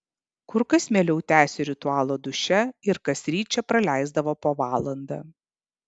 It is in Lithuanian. kur kas mieliau tęsė ritualą duše ir kasryt čia praleisdavo po valandą